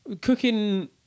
Cooking